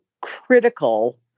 critical